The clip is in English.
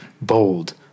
bold